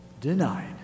denied